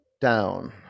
down